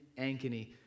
Ankeny